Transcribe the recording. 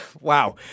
Wow